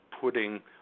putting